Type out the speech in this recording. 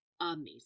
amazing